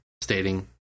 stating